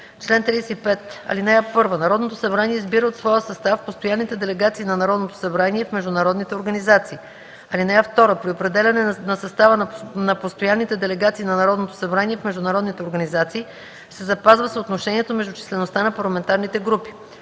„Чл. 35. (1) Народното събрание избира от своя състав постоянните делегации на Народното събрание в международните организации. (2) При определяне на състава на постоянните делегации на Народното събрание в международните организации се запазва съотношението между числеността на парламентарните групи.